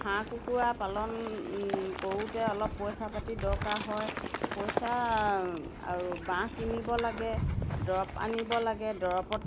হাঁহ কুকুৰা পালন কৰোঁতে অলপ পইচা পাতি দৰকাৰ হয় পইচা আৰু বাঁহ কিনিব লাগে দৰৱ আনিব লাগে দৰৱত